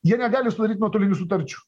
jie negali sudaryt nuotolinių sutarčių